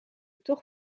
toch